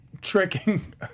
tricking